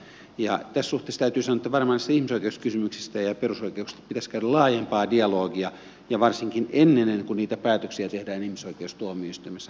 tässä suhteessa täytyy sanoa että varmaan ihmisoikeuskysymyksistä ja perusoikeuksista pitäisi käydä laajempaa dialogia ja varsinkin ennen kuin niitä päätöksiä tehdään ihmisoikeustuomioistuimessa